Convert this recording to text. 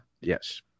Yes